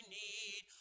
need